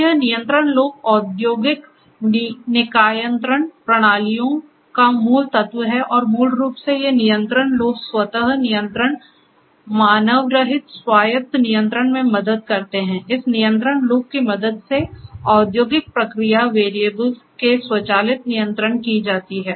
तो यह नियंत्रण लूप औद्योगिक निकायंत्रण प्रणालियों का मूल तत्व है और मूल रूप से ये नियंत्रण लूप स्वत नियंत्रण मानवरहित स्वायत्त नियंत्रण में मदद करते हैं इस नियंत्रण लूप की मदद से औद्योगिक प्रक्रिया वेरिएबल्स के स्वचालित नियंत्रण की जाती है